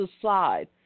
aside